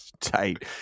tight